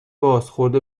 بازخورد